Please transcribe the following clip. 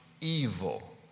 evil